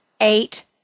eight